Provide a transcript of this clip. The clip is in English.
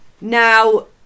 Now